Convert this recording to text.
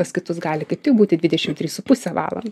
pas kitus gali kaip tik būti dvidešim trys su puse valandų